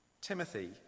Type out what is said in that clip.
Timothy